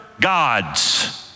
gods